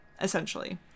essentially